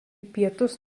pietus